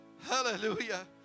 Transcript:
Hallelujah